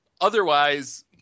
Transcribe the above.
otherwise